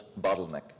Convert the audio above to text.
bottleneck